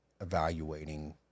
evaluating